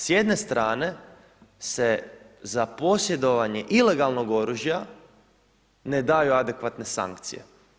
S jedne strane se za posjedovanje ilegalnog oružja ne daju adekvatne sankcije.